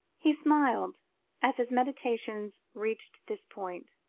he smiled as his meditations reached this point,